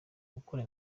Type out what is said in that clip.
gukora